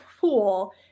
pool